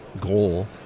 goal